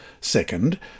Second